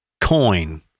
coin